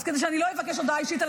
אז כדי שאני לא אבקש הודעה אישית על